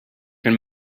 can